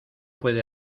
puede